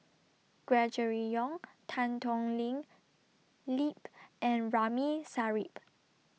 Gregory Yong Tan Thoon Ling Lip and Ramli Sarip